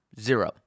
Zero